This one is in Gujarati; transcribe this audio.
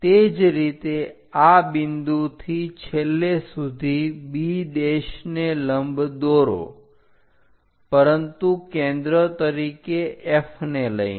તે જ રીતે આ બિંદુથી છેલ્લે સુધી B ને લંબ દોરો પરંતુ કેન્દ્ર તરીકે F ને લઈને